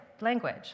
language